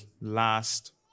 last